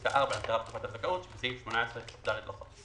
בפסקה (4) להגדרת "תקופת הזכאות" שבסעיף 18כד לחוק.